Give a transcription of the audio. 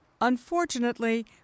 Unfortunately